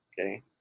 okay